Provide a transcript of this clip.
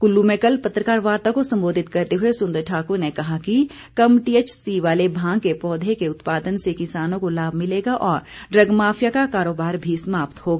कुल्लू में कल पत्रकार वार्ता को संबोधित करते हुए सुंदर ठाक्र ने कहा कि कम टीएचसी वाले भांग के पौधे के उत्पादन से किसानों को लाभ मिलेगा और ड्रग माफिया का कारोबार भी समाप्त होगा